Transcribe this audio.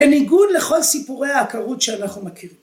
‫בניגוד לכל סיפורי העקרות ‫שאנחנו מכירים.